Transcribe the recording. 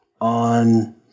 on